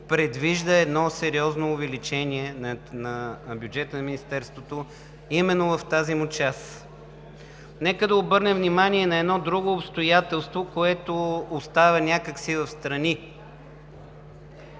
предвижда едно сериозно увеличение на бюджета на Министерството именно в тази му част. Нека да обърнем внимание и на едно друго обстоятелство, което остава някак си встрани.